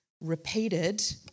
repeated